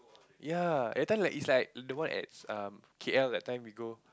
ya everything like is like the one at um K_L that time we go